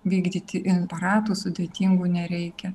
vykdyti imparatų sudėtingų nereikia